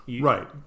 Right